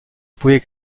pouvait